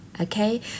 Okay